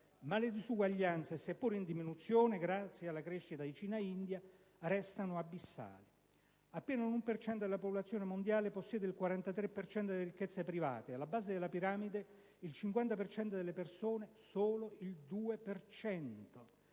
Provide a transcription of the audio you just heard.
ma le disuguaglianze, seppure in diminuzione grazie alla crescita di Cina e India, restano abissali. Appena l'1 per cento della popolazione mondiale possiede il 43 per cento delle ricchezze private e, alla base della piramide, il 50 per cento delle persone solo il 2